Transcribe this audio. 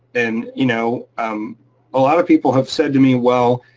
and you know um a lot of people have said to me, well,